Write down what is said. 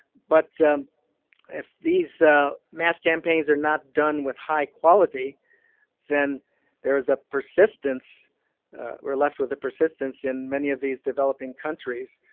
but if these mass campaigns are not done with high quality then there is a persistence we're left with the persistence in many of these developing countries,